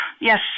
Yes